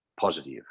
positive